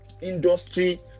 industry